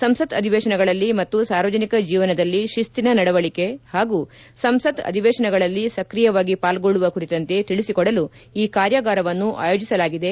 ಸಂಸತ್ ಅಧಿವೇಶನಗಳಲ್ಲಿ ಮತ್ತು ಸಾರ್ವಜನಿಕ ಜೀವನದಲ್ಲಿ ಶಿಸ್ತಿನ ನಡವಳಿಕೆ ಹಾಗೂ ಸಂಸತ್ ಅಧಿವೇಶನಗಳಲ್ಲಿ ಸ್ತ್ರಿಯವಾಗಿ ಪಾಲ್ಗೊಳ್ಳುವ ಕುರಿತಂತೆ ತಿಳಿಸಿಕೊಡಲು ಈ ಕಾರ್ಯಾಗಾರವನ್ನು ಆಯೋಜಿಸಲಾಗಿದೆ